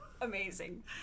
Amazing